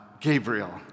Gabriel